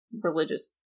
religious